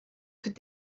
could